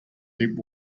deep